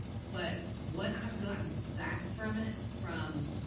but what i've gotten back from it, from,